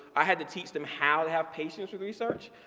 i had to teach them how to have patience for research.